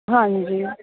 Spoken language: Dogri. हां जी